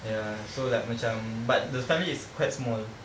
ya so like macam but the family is quite small